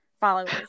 followers